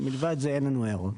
לבד מזה אין לנו הערות.